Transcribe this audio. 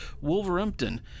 Wolverhampton